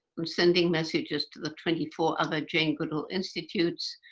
i'm sending messages to the twenty four other jane goodall institutes.